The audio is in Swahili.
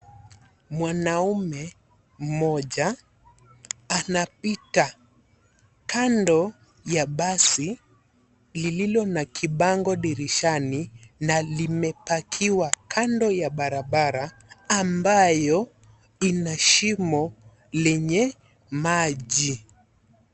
Mwanaume mmoja anapita kando ya basi lililo na kibango dirishani na limepakiwa kando ya barabara ambayo ina shimo lenye maji.